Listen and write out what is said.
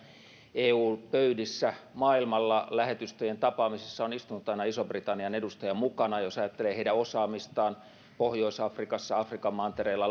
eu pöydissä maailmalla lähetystöjen tapaamisissa on istunut aina ison britannian edustaja mukana ja jos ajattelee heidän osaamistaan pohjois afrikassa afrikan mantereella